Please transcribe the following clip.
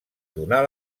donar